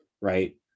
right